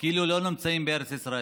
כאילו לא נמצאים בארץ ישראל.